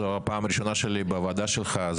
זו פעם ראשונה שלי בוועדה שלך,